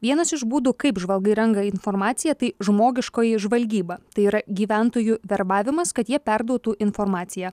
vienas iš būdų kaip žvalgai renka informaciją tai žmogiškoji žvalgyba tai yra gyventojų verbavimas kad jie perduotų informaciją